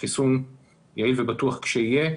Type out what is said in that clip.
לחיסון יעיל ובטוח כשיהיה.